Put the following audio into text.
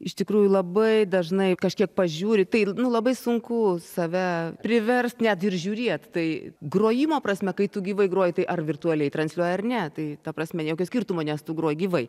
iš tikrųjų labai dažnai kažkiek pažiūri tai nu labai sunku save priverst net ir žiūrėt tai grojimo prasme kai tu gyvai groji tai ar virtualiai transliuoja ar ne tai ta prasme jokio skirtumo nes tu groji gyvai